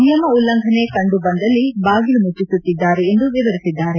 ನಿಯಮ ಉಲ್ಲಂಘನೆ ಕಂಡು ಬಂದಲ್ಲಿ ಬಾಗಿಲು ಮುಚ್ಚಿಸುತ್ತಿದ್ದಾರೆ ಎಂದು ವಿವರಿಸಿದ್ದಾರೆ